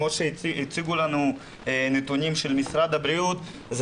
הנתונים שהציגו לנו ממשרד הבריאות הם